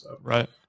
Right